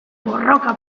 borroka